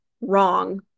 wrong